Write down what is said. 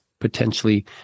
potentially